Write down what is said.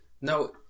No